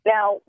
Now